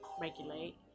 regulate